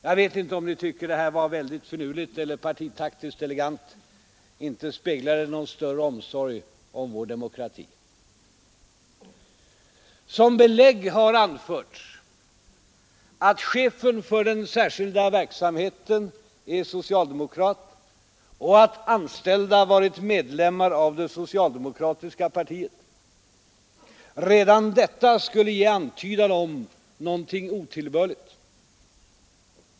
Jag vet inte om ni tycker det här var väldigt finurligt, eller partitaktiskt elegant. Inte speglar det någon större omsorg om vår demokrati. Som belägg har anförts att chefen för den särskilda verksamheten är socialdemokrat och att anställda varit medlemmar av det socialdemokra tiska partiet. Redan detta skulle ge antydan om någonting otillbörligt.